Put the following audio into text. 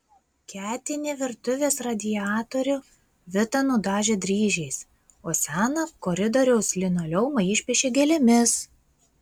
ketinį virtuvės radiatorių vita nudažė dryžiais o seną koridoriaus linoleumą išpiešė gėlėmis